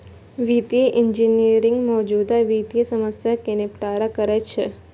वित्तीय इंजीनियरिंग मौजूदा वित्तीय समस्या कें निपटारा करै छै